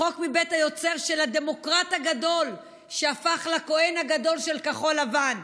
חוק מבית היוצר של הדמוקרט הגדול שהפך לכוהן הגדול של כחול לבן,